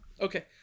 Okay